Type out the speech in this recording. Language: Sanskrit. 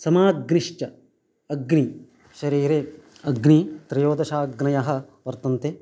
समाग्निश्च अग्नि शरीरे अग्नि त्रयोदशा अग्नयः वर्तन्ते